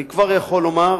אני כבר יכול לומר